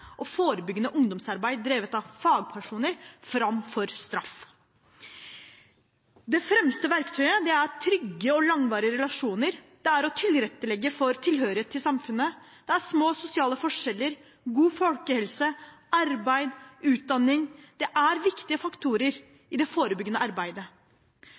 og forebyggende ungdomsarbeid drevet av fagpersoner framfor straff. Det fremste verktøyet er trygge og langvarige relasjoner, det er å tilrettelegge for tilhørighet til samfunnet, det er små sosiale forskjeller, det er god folkehelse, arbeid og utdanning. Dette er viktige faktorer i det forebyggende arbeidet.